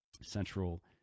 central